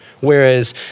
Whereas